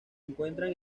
encuentran